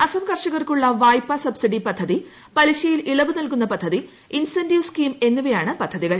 അസ്സം ക്ർഷക്ർക്കുളള വായ്പ സബ്സിഡി പദ്ധതിപലിശയിൽ ഇളപ്പ് നൽകുന്ന പദ്ധതി ഇൻസന്റീവ് സ്കീം എന്നിവയാണ് പദ്ധതികൾ